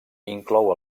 inclou